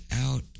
out